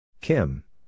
Kim